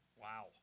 Wow